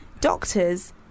doctors